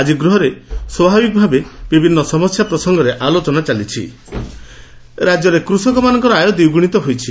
ଆକି ଗୃହରେ ସ୍ୱାଭାବିକ ଭାବେ ବିଭିନ୍ନ ସମସ୍ୟା ପ୍ରସଙ୍ଗରେ ଆଲୋଚନା ଚାଲିଛି ରାକ୍ୟରେ କୁଷକମାନଙ୍କ ଆୟ ଦ୍ୱିଗୁଶିତ ହୋଇଛି